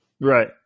right